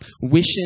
wishing